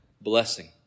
blessing